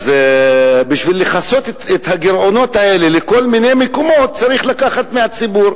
בשביל לכסות את הגירעונות האלה בכל מיני מקומות צריך לקחת מהציבור,